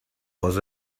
was